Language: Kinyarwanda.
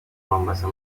mombasa